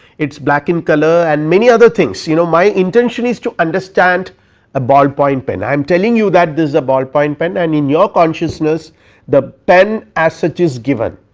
it black in color and many other things, you know my intention is to understand a ball point pen, i am telling you that this is a ball point pen and in your consciousness the pen as such is given.